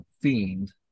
fiend